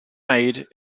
made